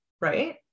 right